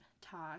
talk